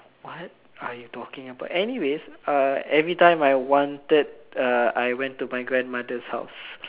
what are you talking about anyways uh every time I wanted uh I went to my grandmother's house